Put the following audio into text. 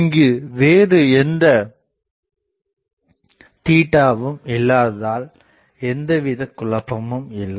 இங்கு வேறு எந்த வும் இல்லாததால் எந்தவித குழப்பம் இல்லை